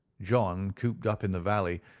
john, cooped up in the valley,